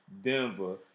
Denver